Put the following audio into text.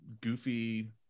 goofy